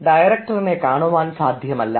നിങ്ങൾക്ക് ഡയറക്ടർ എന്നെ കാണുവാൻ സാധ്യമല്ല